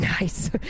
nice